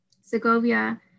Segovia